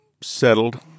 settled